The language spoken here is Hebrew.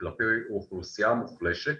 כלפי אוכלוסייה מוחלשת,